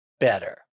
Better